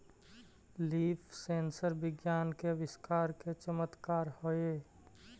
leaf sensor विज्ञान के आविष्कार के चमत्कार हेयऽ